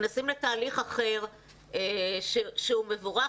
נכנסים לתהליך אחר שהוא מבורך,